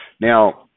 Now